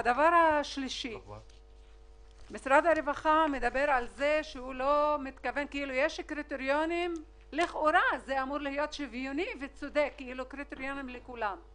משרד הרווחה מדבר על כך שיש קריטריונים שוויוניים וצודקים לכולם,